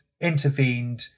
intervened